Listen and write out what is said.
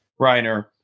Reiner